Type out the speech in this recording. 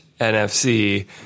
NFC